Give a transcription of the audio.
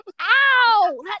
Ow